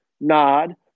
nod